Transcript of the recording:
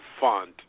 font